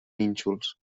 nínxols